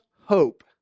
hope